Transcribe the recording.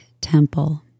temple